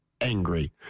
Angry